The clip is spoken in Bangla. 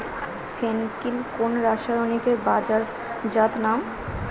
ফেন কিল কোন রাসায়নিকের বাজারজাত নাম?